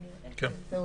נכון.